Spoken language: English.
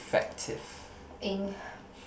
ink